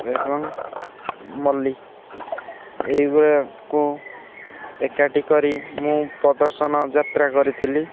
ଏବଂ ମଲ୍ଲୀ ଏଇ ଭଳିଆକୁ ଏକାଠି କରି ମୁଁ ପ୍ରଦର୍ଶନ ଯାତ୍ରା କରିଥିଲି